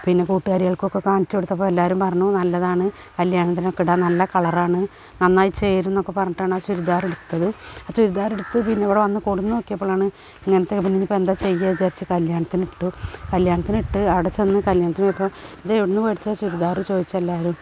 പിന്നെ കൂട്ടുകാരികൾകൊക്കെ കാണിച്ചു കൊടുത്തപ്പം എല്ലാവരും പറഞ്ഞു നല്ലതാണ് കല്യാണത്തിനൊക്കെ ഇടാന് നല്ല കളറാണ് നാന്നായിച്ചേരും എന്നൊക്കെ പറഞ്ഞിട്ടാണ് ആ ചുരിദാറെടുത്തത് ആ ചുരിദാറെടുത്ത് പിന്നെ ഇവിടെ വന്നു കൊണ്ടു വന്ന് നോക്കിയപ്പോഴാണ് ഇങ്ങനത്തെ പിന്നെ ഇനി ഇപ്പം എന്താണ് ചെയ്യുക വിചാരിച്ച് കല്യാണത്തിനിട്ടു കല്യാണത്തിനിട്ട് അവിടെച്ചെന്ന് കല്യാണത്തിന് പോയപ്പം ഇത് എവിടെ നിന്ന് മേടിച്ചത് ചുരിദാർ ചോദിച്ചെല്ലാവരും